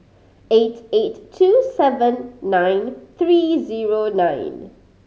eight eight two seven nine three zero nine